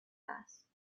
است